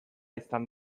izan